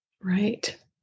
Right